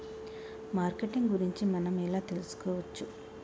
Marketing గురించి మనం ఎలా తెలుసుకోవచ్చు?